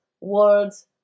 words